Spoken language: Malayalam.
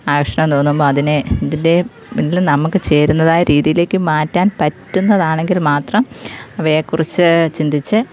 ആകർഷണം തോന്നുമ്പോൾ അതിനെ ഇതിൻ്റെയും ഇതിൽ നമുക്ക് ചേരുന്നതായ രീതിയിലേക്ക് മാറ്റാൻ പറ്റുന്നതാണെങ്കിൽ മാത്രം അവയെക്കുറിച്ച് ചിന്തിച്ച്